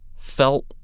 felt